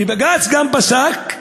ובג"ץ גם פסק,